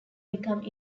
become